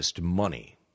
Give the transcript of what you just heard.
money